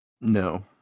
No